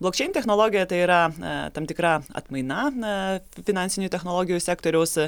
blok čein technologija tai yra na tam tikra atmaina na finansinių technologijų sektoriaus